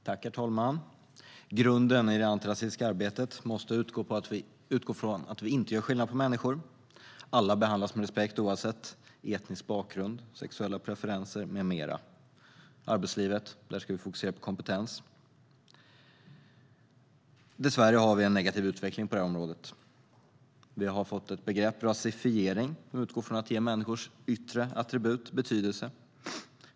Herr talman! Grunden i det antirasistiska arbetet måste utgå från att vi inte gör skillnad på människor och att alla behandlas med respekt oavsett etnisk bakgrund, sexuella preferenser med mera. I arbetslivet ska vi fokusera på kompetens. Dessvärre har vi en negativ utveckling på det här området. Vi har fått ett begrepp, rasifiering, som utgår från att ge människors yttre attribut betydelse.